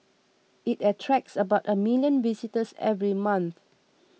it attracts about a million visitors every month